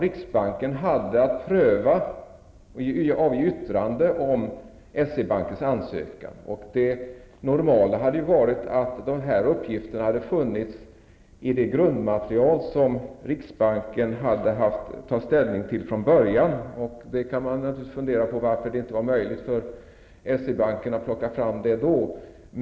Riksbanken hade ju att pröva och avge yttrande om S-E-Bankens ansökan, och det normala hade varit att dessa uppgifter från början hade funnits i det grundmaterial som riksbanken hade att ta ställning till. Man kan naturligtvis fundera över varför det inte var möjligt för S-E Banken att då plocka fram det materialet.